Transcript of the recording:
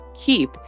keep